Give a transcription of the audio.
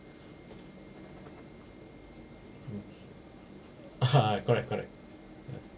mm correct correct